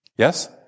Yes